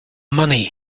money